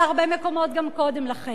ובהרבה מקומות גם קודם לכן.